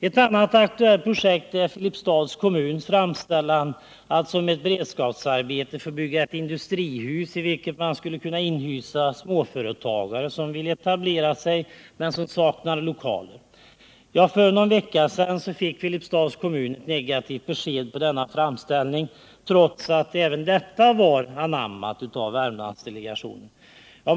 Ett annat aktuellt projekt är Filipstads kommuns framställan om att som beredskapsarbete få bygga ett industrihus, i vilket man skulle kunna inhysa småföretagare som vill etablera sig men som saknar lokaler. För någon vecka sedan fick Filipstads kommun ett negativt besked på denna framställan, trots att även detta projekt var anammat av Värmlandsdelegationen.